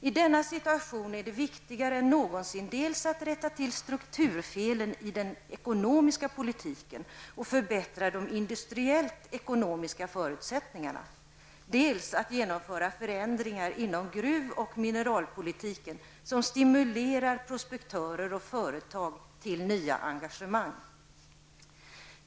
I denna situation är det viktigare än någonsin, dels att rätta till strukturfelen i den ekonomiska politiken och förbättra de industriellt ekonomiska förutsättningarna, dels att genomföra förändringar inom gruv och mineralpolitiken som stimulerar prospektörer och företag till nya engagemang.